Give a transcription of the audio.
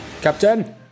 Captain